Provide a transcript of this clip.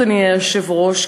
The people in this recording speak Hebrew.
אדוני היושב-ראש,